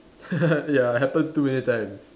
ya happen too many time